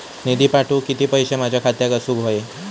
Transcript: निधी पाठवुक किती पैशे माझ्या खात्यात असुक व्हाये?